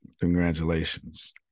Congratulations